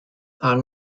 are